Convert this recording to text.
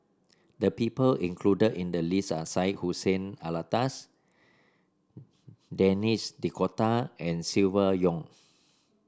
the people included in the list are Syed Hussein Alatas Denis D'Cotta and Silvia Yong